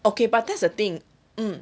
okay but that's the thing